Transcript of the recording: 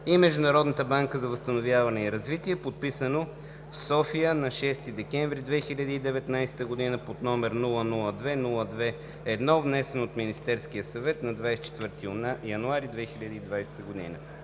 Международната банка за възстановяване и развитие, подписано в София на 6 декември 2019 г., № 002-02-1, внесен от Министерския съвет на 24 януари 2020 г.“